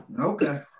Okay